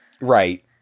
Right